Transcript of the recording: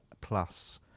plus